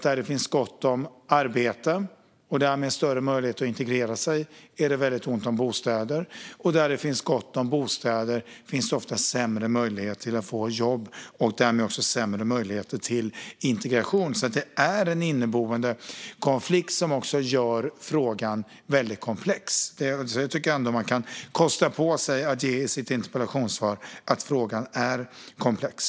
Där det finns gott om arbeten och därmed större möjligheter att integrera sig är det väldigt ont om bostäder, och där det finns gott om bostäder finns det ofta sämre möjligheter att få jobb och därmed också sämre möjligheter till integration. Den inneboende konflikten gör frågan väldigt komplex. Jag tycker att man kan kosta på sig att säga i interpellationssvaret att frågan är komplex.